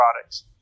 products